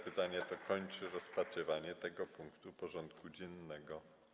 Pytanie to kończy rozpatrywanie tego punktu porządku dziennego.